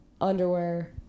underwear